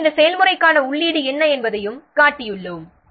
எனவே இந்த செயல்முறைக்கான உள்ளீடு என்ன என்பதைக் காட்டியுள்ளோம்